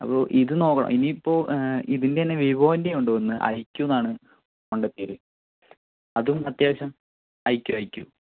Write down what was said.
അപ്പോൾ ഇതുനോക്കണൊ ഇനി ഇപ്പോൾ ഇതിൻ്റെ തന്നെ വിവോൻ്റെ ഉണ്ട് ഒന്ന് ഐക്യുന്നാണ് ഫോണിൻ്റെ പേര് അതും അത്യാവശ്യം ഐ ക്യു ഐ ക്യു